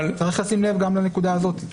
אבל --- צריך לשים לב גם לנקודה הזאת.